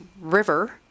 river